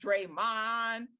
Draymond